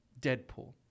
Deadpool